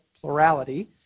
plurality